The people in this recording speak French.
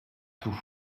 tout